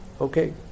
Okay